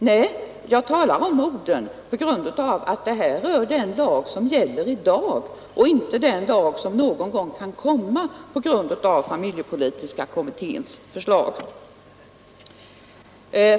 Nej, jag talar om modern på grund av att det här rör den lag som gäller i dag och inte den lag som någon gång kan komma på grund av familjepolitiska kommitténs förslag.